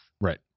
Right